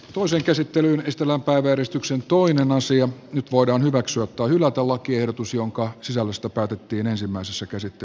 tuo sen käsittelyyn estellä päiväjärjestyksen toinen asia nyt voidaan hyväksyä tai hylätä lakiehdotus jonka sisällöstä päätettiin ensimmäisessä käsittelyssä